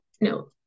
no